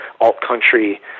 alt-country